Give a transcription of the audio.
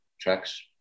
tracks